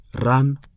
run